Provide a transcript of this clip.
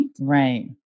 Right